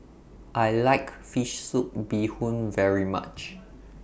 I like Fish Soup Bee Hoon very much